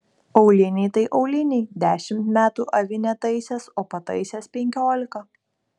auliniai tai auliniai dešimt metų avi netaisęs o pataisęs penkiolika